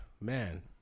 man